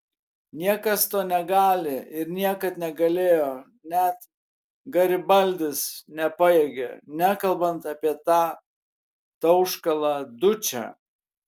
niekas to negali ir niekad negalėjo net garibaldis nepajėgė nekalbant apie tą tauškalą dučę